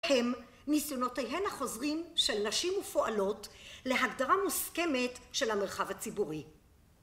הם ניסיונותיהן החוזרים של נשים ופועלות להגדרה מוסכמת של המרחב הציבורי.